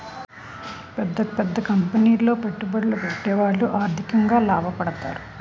పెద్ద పెద్ద కంపెనీలో పెట్టుబడులు పెట్టేవాళ్లు ఆర్థికంగా లాభపడతారు